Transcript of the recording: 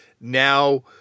now